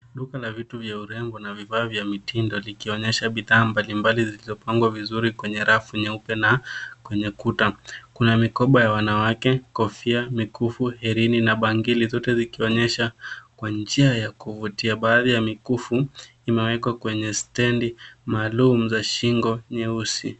Duka la vitu vya urembo na vifaa vya mitindo likionyesha bidhaa mbalimbali zilizopangwa vizuri kwenye rafu nyeupe na kwenye ukuta. Kuna mikoba ya wanawake, kofia, mikufu, herini na bangili zote zikionyeshwa kwa njia ya kuvutia. Baadhi ya mikufu imewekwa kwenye stendi maalum za shingo nyeusi.